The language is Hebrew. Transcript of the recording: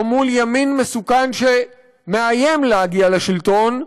או מול ימין מסוכן שמאיים להגיע לשלטון,